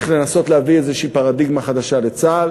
השאלה איך לנסות להביא איזושהי פרדיגמה חדשה לצה"ל